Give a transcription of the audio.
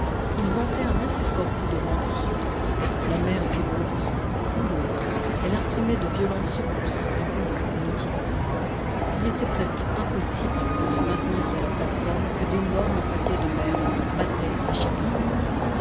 il ventait un assez fort coup de vent du sud la mer était grosse houleuse elle imprimait de violentes secousses de roulis au nautilus il était presque impossible de se maintenir sur la plate-forme que d'énormes paquets de mer battaient à chaque instant